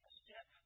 step